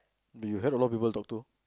did you had a lot of people to talk to